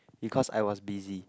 because I was busy